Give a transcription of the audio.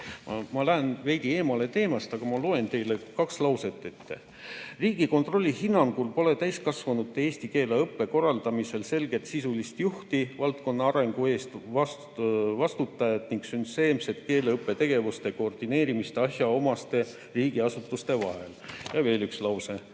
Ma lähen veidi eemale teemast, aga ma loen teile kaks lauset ette: "Riigikontrolli hinnangul pole täiskasvanute eesti keele õppe korraldamisel selget sisulist juhti, valdkonna arengu eest vastutajat ega süsteemset keeleõppetegevuste koordineerimist asjaomaste riigiasutuste vahel." Ja veel üks lause: